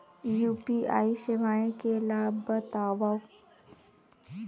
UPI सेवाएं के लाभ बतावव?